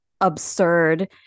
absurd